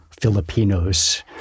Filipinos